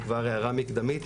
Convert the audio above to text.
כבר הערה מקדמית,